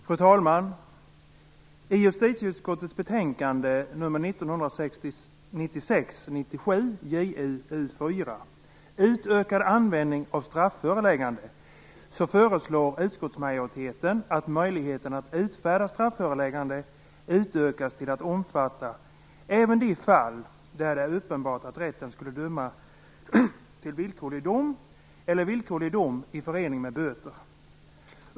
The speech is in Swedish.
Fru talman! I justitieutskottets betänkande 1996/97:JuU4, Utökad användning av strafföreläggande, föreslår utskottsmajoriteten att möjligheten att utfärda strafföreläggande utökas till att omfatta även de fall där det är uppenbart att rätten skulle döma till villkorlig dom eller villkorlig dom i förening med böter.